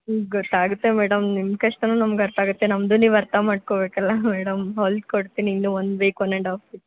ಹ್ಞೂ ಗೊತ್ತಾಗುತ್ತೆ ಮೇಡಮ್ ನಿಮ್ಮ ಕಷ್ಟಾನೂ ನಮ್ಗೆ ಅರ್ಥ ಆಗುತ್ತೆ ನಮ್ದೂ ನೀವು ಅರ್ಥ ಮಾಡ್ಕೊಬೇಕಲ್ಲ ಮೇಡಮ್ ಹೊಲ್ದು ಕೊಡ್ತೀನಿ ಇನ್ನೂ ಒಂದು week one and half weak